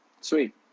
Sweet